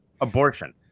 abortion